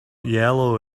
yellow